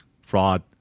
fraud